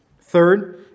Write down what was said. Third